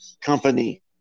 company